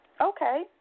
Okay